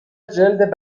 جلد